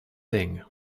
thing